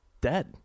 dead